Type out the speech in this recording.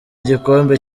igikombe